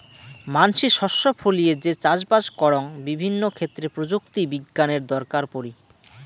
মানসি শস্য ফলিয়ে যে চাষবাস করং বিভিন্ন ক্ষেত্রে প্রযুক্তি বিজ্ঞানের দরকার পড়ি